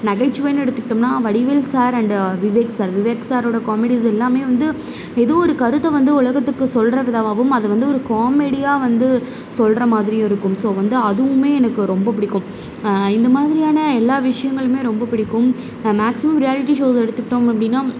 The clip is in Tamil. நகைச்சுவைன்னு எடுத்துக்கிட்டோம்னால் Vadivel sir and Vivek sir Vivek சாரோட காமெடிஸ் எல்லாமே வந்து எதோ ஒரு கருத்தை வந்து உலகத்துக்கு சொல்கிறதாகவும் அதை வந்து ஒரு காமெடியாக வந்து சொல்கிற மாதிரி இருக்கும் ஸோ வந்து அதுவுமே எனக்கு ரொம்ப பிடிக்கும் இந்த மாதிரியான எல்லா விஷயங்களுமே ரொம்ப பிடிக்கும் நான் மேக்சிமம் ரியாலிட்டி ஷோஸ் எடுத்துக்கிட்டோம் அப்படினா